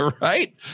right